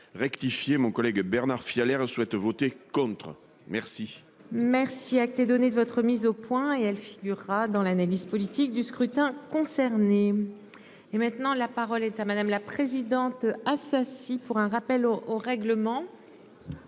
rectifié mon collègue Bernard filles à l'air souhaitent voter contre. Merci. Merci. Données de votre mise au point et elle figurera dans l'analyse politique du scrutin concernés. Et maintenant, la parole est à madame la présidente associe pour un rappel au règlement.